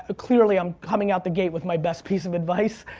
ah clearly i'm coming out the gate with my best piece of advice,